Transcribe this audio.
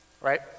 right